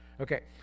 Okay